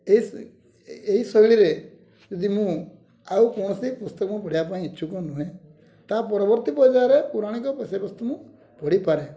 ଏଇ ଏହି ଶୈଳୀରେ ଯଦି ମୁଁ ଆଉ କୌଣସି ପୁସ୍ତକ ମୁଁ ପଢ଼ିବା ପାଇଁ ଇଚ୍ଛୁକ ନୁହେଁ ତା'ପରବର୍ତ୍ତୀ ପର୍ଯ୍ୟାୟରେ ପୌରାଣିକ ବିଷୟବସ୍ତୁ ମୁଁ ପଢ଼ିପାରେ